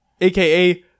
aka